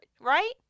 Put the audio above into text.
right